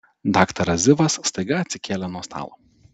daktaras zivas staiga atsikėlė nuo stalo